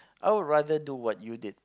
I will rather do what you did